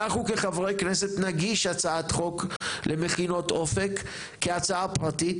אנחנו כחברי כנסת נגיש הצעת חוק למכינות אופק כהצעה פרטית.